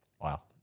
Wow